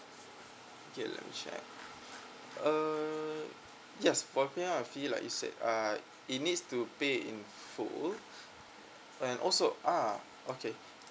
okay let me check uh yes the fee like you said uh he needs to pay in full and also ah okay